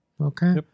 Okay